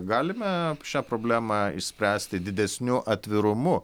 galime pšią problemą išspręsti didesniu atvirumu